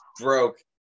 broke